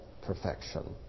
perfection